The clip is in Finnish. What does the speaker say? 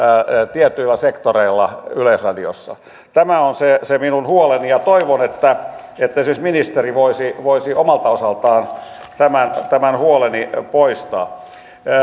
tietyillä sektoreilla yleisradiossa tämä on se se minun huoleni ja toivon että että esimerkiksi ministeri voisi voisi omalta osaltaan tämän huoleni poistaa